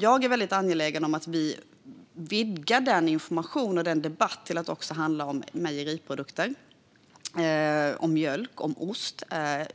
Jag är mycket angelägen om att vi vidgar den informationen och den debatten till att också handla om mejeriprodukter, såsom mjölk och ost.